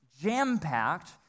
jam-packed